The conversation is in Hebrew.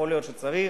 יכול להיות שצריך